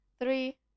three